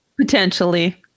Potentially